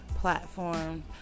platform